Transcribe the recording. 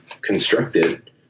constructed